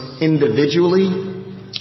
individually